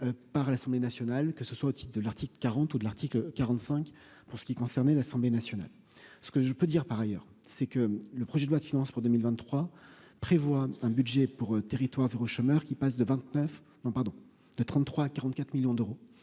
par l'Assemblée nationale, que ce soit au titre de l'article 40 ou de l'article 45 pour ce qui concernait l'Assemblée nationale, ce que je peux dire, par ailleurs, c'est que le projet de loi de finances pour 2023 prévoit un budget pour territoire zéro chômeur qui passe de 29 ans, pardon, de